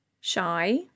shy